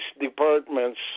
departments